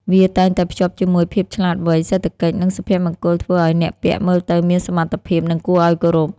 វាតែងតែភ្ជាប់ជាមួយភាពឆ្លាតវៃ សេដ្ឋកិច្ច និងសុភមង្គលធ្វើឲ្យអ្នកពាក់មើលទៅមានសមត្ថភាព និងគួរឲ្យគោរព។